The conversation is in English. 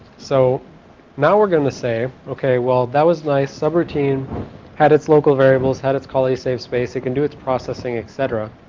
so now we're going to say ok well that was nice subrouting had its local variables had its callee save space and it can do its processing, etc.